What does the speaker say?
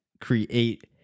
create